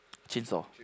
chainsaw